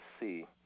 see